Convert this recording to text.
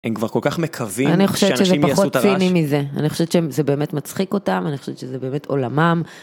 הם כבר כל כך מקווים שאנשים יעשו את הרעש. אני חושבת שזה פחות ציני מזה, אני חושבת שזה באמת מצחיק אותם, אני חושבת שזה באמת עולמם.